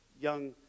young